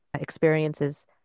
experiences